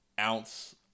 ounce